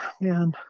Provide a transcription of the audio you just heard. Man